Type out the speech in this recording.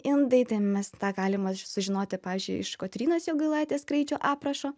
indai tai mes tą galima sužinoti pavyzdžiui iš kotrynos jogailaitės kraičio aprašo